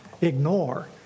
Ignore